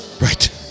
Right